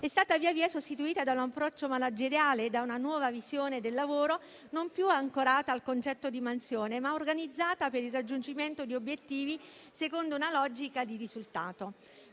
è stata via via sostituita da un approccio manageriale e da una nuova visione del lavoro non più ancorata al concetto di mansione, ma organizzata per il raggiungimento di obiettivi secondo una logica di risultato.